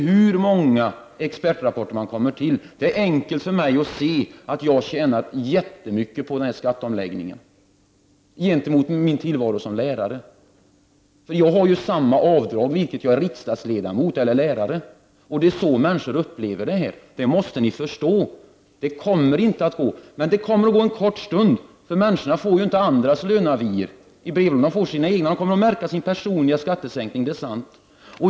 Det är enkelt för mig att se att jag tjänar jättemycket på skatteomläggningen som riksdagsledamot jämfört med vad jag gör som lärare. Jag har samma avdrag vare sig jag är riksdagsledamot eller lärare. Det hjälper inte hur många expertrapporter som läggs fram. Det är så människor upplever skatteomläggningen, det måste ni förstå. Det kommer inte att gå i längden, bara en kort tid. Människor får ju inte andras löneavier i brevlådan utan bara sina egna, och de kommer att märka sin personliga skattesänkning.